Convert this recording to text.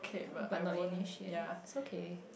but not initiate it's okay